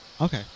Okay